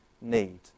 need